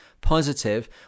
positive